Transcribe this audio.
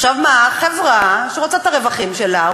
חברה שרוצה את הרווחים שלה,